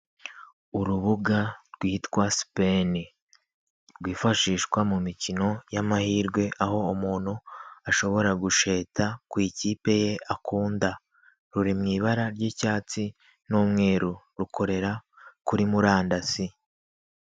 Urubuga rwitwa sipeni, rwifashishwa mu mikino y'amahirwe, aho umuntu ashobora gusheta ku ikipe ye akunda. Ruri mu ibara ry'icyatsi n'umweru, rukorera kuri murandasi.